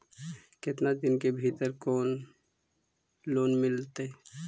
केतना दिन के भीतर कोइ लोन मिल हइ?